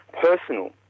personal